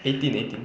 eighteen eighteen